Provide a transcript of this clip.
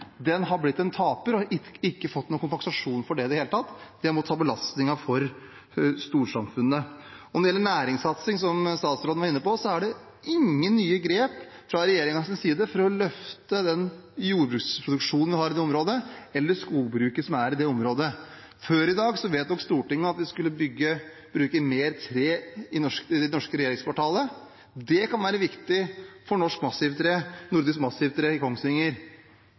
Den har blitt en taper og har ikke fått noen kompensasjon for det i det hele tatt. De har måttet ta belastningen for storsamfunnet. Når det gjelder næringssatsing, som statsråden var inne på, er det ingen nye grep fra regjeringens side for å løfte den jordbruksproduksjonen og det skogbruket som er i det området. Før i dag vedtok Stortinget at vi skal bruke mer tre i det norske regjeringskvartalet – det kan være viktig for Nordisk Massivtre i Kongsvinger